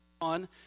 on